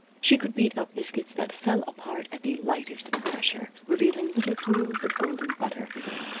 she could beat up biscuits that fell apart at the lightest pressure, revealing little pools of golden butter within.